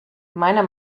meiner